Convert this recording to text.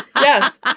yes